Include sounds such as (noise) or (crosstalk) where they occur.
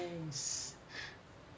nice (laughs)